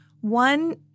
one